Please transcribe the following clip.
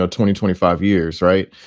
ah twenty, twenty five years. right.